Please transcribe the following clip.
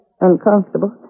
uncomfortable